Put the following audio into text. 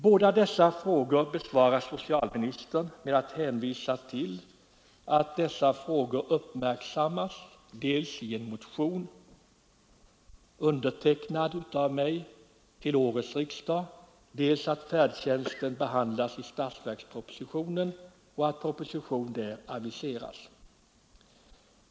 Båda dessa frågor besvarar socialministern med att hänvisa till dels att den första frågan uppmärksammats i en motion undertecknad av mig till årets riksdag, dels att färdtjänsten behandlas i statsverkspropositionen och att proposition i det hänseendet där aviseras.